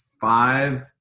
five